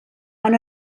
han